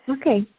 Okay